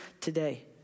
today